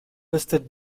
listed